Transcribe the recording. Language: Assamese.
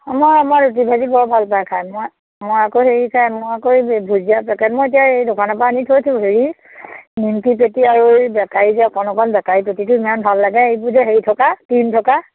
অ মই মই ৰুটি ভাজি বৰ ভাল পাও খাই মই মই আকৌ হেৰি খাই মই আকৌ এই ভূজিয়া পেকেট মই এতিয়া এই দোকানৰ পৰা আনি থৈছোঁ হেৰি নিমকি পেটি আৰু এই বেকাৰী যে অকণ অকণ বেকাৰী পেটিটো ইমান ভাল লাগে এইবোৰ যে হেৰি থকা তিন থকা